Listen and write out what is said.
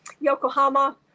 yokohama